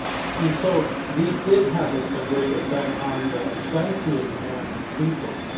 and so these did have a ah great effect on the psyche of the american people.